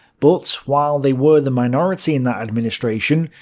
but, while they were the minority in that administration,